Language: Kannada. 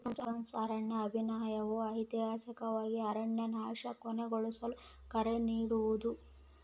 ಗ್ರೀನ್ಪೀಸ್ನ ಅರಣ್ಯ ಅಭಿಯಾನವು ಐತಿಹಾಸಿಕವಾಗಿ ಅರಣ್ಯನಾಶನ ಕೊನೆಗೊಳಿಸಲು ಕರೆ ನೀಡೋದು